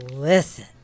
listen